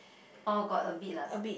oh got a bit lah